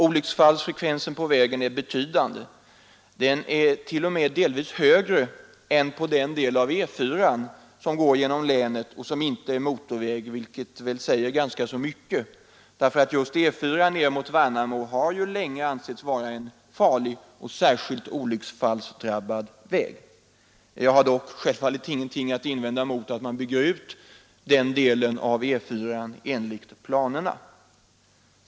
Olycksfallsfrekvensen på vägen är betydande; den är t.o.m. högre än på den del av E4 som går genom länet och som inte är motorväg. Detta säger väl ganska mycket, därför att just E 4 ner mot Värnamo ju länge har ansetts vara en farlig och särskilt olycksfallsdrabbad väg. Jag har dock självfallet ingenting att invända mot att man bygger ut den delen av E 4 enligt planerna.